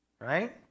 right